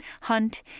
Hunt